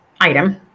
item